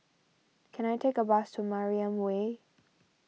can I take a bus to Mariam Way